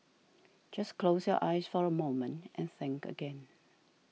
just close your eyes for a moment and think again